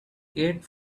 eight